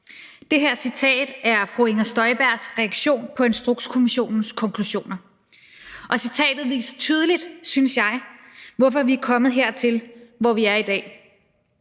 Det her citat er fru Inger Støjbergs reaktion på Instrukskommissionens konklusioner, og citatet viser tydeligt, synes jeg, hvorfor vi er kommet hertil, hvor vi er i dag.